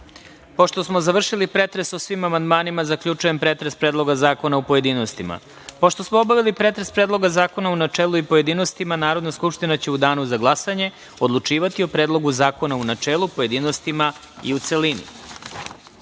Hvala. Pošto smo završili pretres o svim amandmanima, zaključujem pretres Predloga Zakona u pojedinostima. Pošto smo obavili pretres Predloga zakona u načelu i pojedinostima, Narodna Skupština će u danu za glasanje odlučivati o Predlogu zakona u načelu, pojedinostima i u